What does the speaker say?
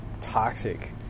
toxic